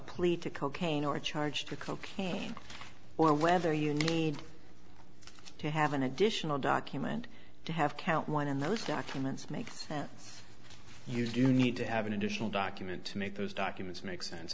plea to cocaine or charge for cocaine or whether you need to have an additional document to have count one and those documents make that you do need to have an additional document to make those documents make sense